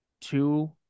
two